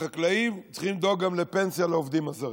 שהחקלאים צריכים לדאוג גם לפנסיה לעובדים הזרים.